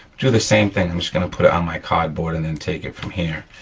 do the same thing, i'm just gonna put it on my cardboard, and then take it from here,